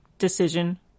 decision